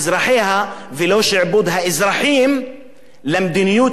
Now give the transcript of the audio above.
ולא שעבוד האזרחים למדיניות הקפיטליסטית של ראש הממשלה,